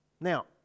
Now